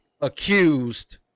accused